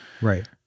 Right